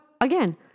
again